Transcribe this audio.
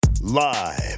Live